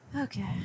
Okay